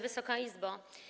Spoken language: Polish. Wysoka Izbo!